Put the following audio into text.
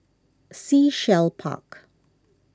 Sea Shell Park